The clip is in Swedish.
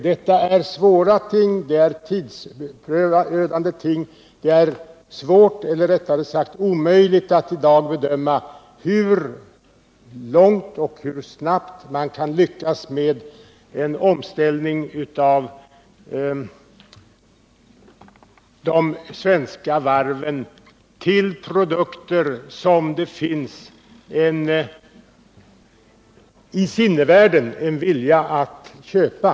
Detta är svåra ting och tidsödande ting. Det är svårt eller rättare sagt omöjligt att i dag bedöma hur långt man skall gå och hur snabbt man kan lyckas med en omställning av de svenska varven till produkter som det i omvärlden finns en vilja att köpa.